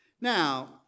Now